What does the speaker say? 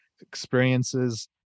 experiences